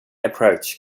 approach